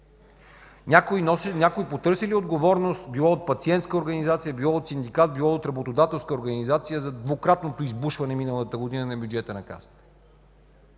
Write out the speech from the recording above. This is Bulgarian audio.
Някой потърси ли отговорност било от пациентска организация, било от синдикат, било от работодателска организация за двукратното избушване миналата година на бюджета на